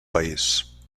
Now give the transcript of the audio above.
país